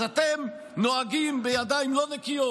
אז אתם נוהגים בידיים לא נקיות.